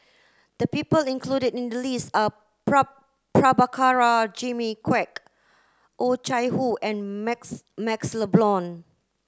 the people included in the list are Prabhakara Jimmy Quek Oh Chai Hoo and Max MaxLe Blond